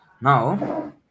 Now